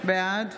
בעד